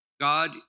God